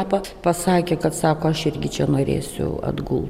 pats pasakė kad sako aš irgi čia norėsiu atgult